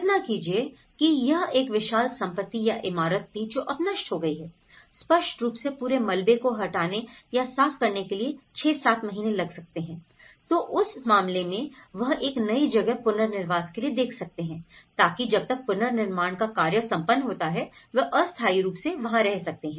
कल्पना कीजिए कि यह एक विशाल संपत्ति या इमारत थी जो अब नष्ट हो गई है स्पष्ट रूप से पूरे मलबे को हटाने या साफ करने के लिए 6 7 महीने लग सकते हैं तो उस मामले में वह एक नई जगह पुनर्वास के लिए देख सकते हैं ताकि जब तक पुनर्निर्माण का कार्य संपन्न होता है वे अस्थायी रूप से वहां रह सकें